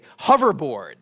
hoverboards